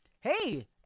Hey